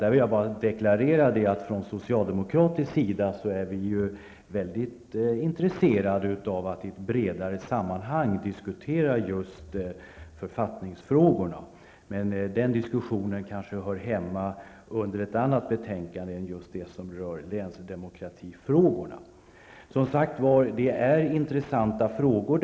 Där vill jag deklarera att vi från socialdemokratisk sida är mycket intresserade av att i ett bredare sammanhang diskutera just författningsfrågorna. Men den diskussionen kanske hör hemma under ett annat betänkande än det som rör länsdemokratifrågor. Det är intressanta frågor.